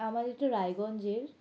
আমাদের তো রায়গঞ্জের